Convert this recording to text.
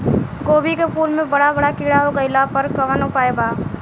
गोभी के फूल मे बड़ा बड़ा कीड़ा हो गइलबा कवन उपाय बा?